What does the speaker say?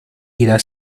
irás